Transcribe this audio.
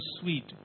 sweet